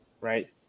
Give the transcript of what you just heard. right